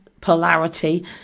polarity